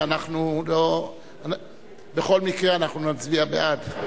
אנחנו בכל מקרה נצביע בעד.